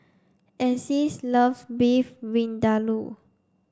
Alyse loves Beef Vindaloo